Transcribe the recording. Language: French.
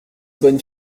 bonne